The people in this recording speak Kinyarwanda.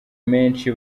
menshi